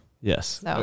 Yes